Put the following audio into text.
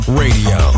radio